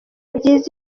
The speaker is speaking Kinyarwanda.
byiza